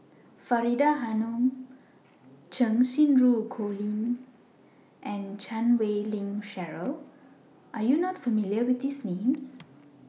Faridah Hanum Cheng Xinru Colin and Chan Wei Ling Cheryl Are YOU not familiar with These Names